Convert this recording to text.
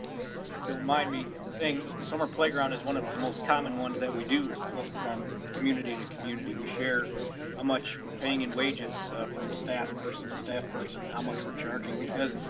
if you don't mind me saying summer playground is one of the most common ones that we do look from community to community. we share how ah much we're paying in wages from staff, person, a staff person, how much we're charging. because